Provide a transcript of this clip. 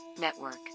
network